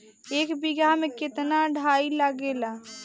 एक बिगहा में केतना डाई लागेला?